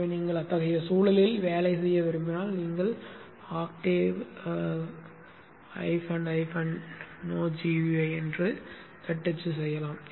எனவே நீங்கள் அத்தகைய சூழலில் வேலை செய்ய விரும்பினால் நீங்கள் octave no gui என தட்டச்சு செய்கிறேன்